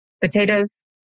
potatoes